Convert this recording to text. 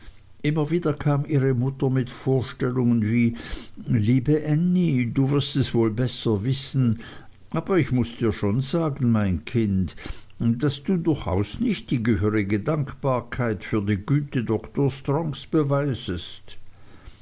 immer wieder kam ihre mutter mit vorstellungen wie liebe ännie du wirst es wohl besser wissen aber ich muß dir schon sagen mein kind daß du durchaus nicht die gehörige dankbarkeit für die güte dr strongs beweisest